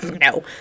no